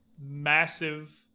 massive